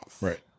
Right